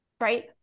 Right